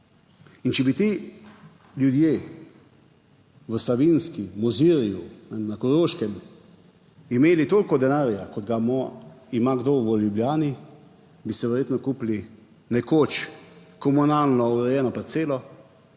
In če bi ti ljudje v Savinjski, Mozirju, na Koroškem imeli toliko denarja, kot ga ima kdo v Ljubljani, bi si verjetno kupili nekoč komunalno urejeno parcelo